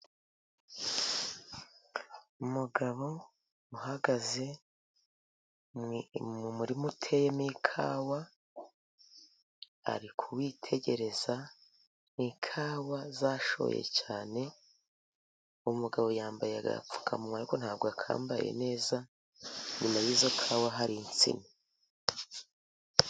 Umugabo uhagaze mu murima uteyemo ikawa, arikuwitegereza ikawa zashoye cyane, umugabo yambaye agapfukamunwa ariko ntabwo akambaye neza, inyuma yizo kawa hari insina.